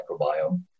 microbiome